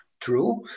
true